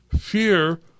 Fear